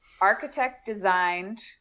architect-designed